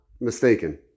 mistaken